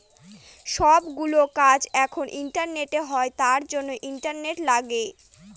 সব গুলো কাজ এখন ইন্টারনেটে হয় তার জন্য ইন্টারনেট লাগে